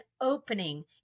opening